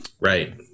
Right